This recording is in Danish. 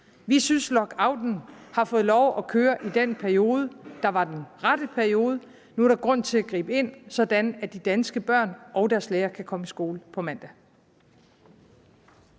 Vi synes, lockouten har fået lov at køre i den periode, der var den rette periode. Nu er der grund til at gribe ind, sådan at de danske børn og deres lærere kan komme i skole på mandag.